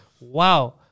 Wow